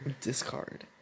Discard